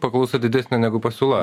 paklausa didesnė negu pasiūla